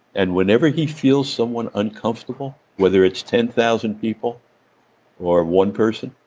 and whenever he feels someone's uncomfortable, whether it's ten thousand people or one person,